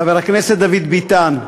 חבר הכנסת דוד ביטן,